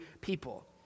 people